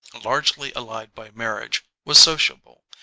largely allied by marriage, was sociable,